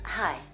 Hi